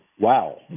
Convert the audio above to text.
Wow